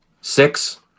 Six